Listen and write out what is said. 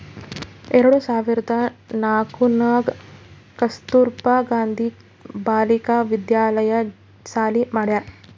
ಎರಡು ಸಾವಿರ್ದ ನಾಕೂರ್ನಾಗ್ ಕಸ್ತೂರ್ಬಾ ಗಾಂಧಿ ಬಾಲಿಕಾ ವಿದ್ಯಾಲಯ ಸಾಲಿ ಮಾಡ್ಯಾರ್